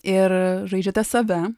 ir žaidžiate save